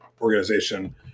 organization